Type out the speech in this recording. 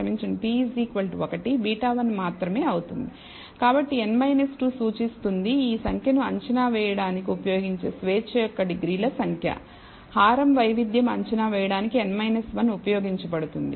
కాబట్టి n 2 సూచిస్తుంది ఈ సంఖ్యను అంచనా వేయడానికి ఉపయోగించే స్వేచ్ఛ యొక్క డిగ్రీల సంఖ్య హారం వైవిధ్యం అంచనా వేయడానికి n 1 ఉపయోగించబడుతుంది